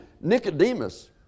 Nicodemus